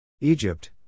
Egypt